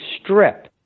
strip